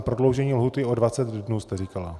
Prodloužení lhůty o dvacet dnů, jste říkala?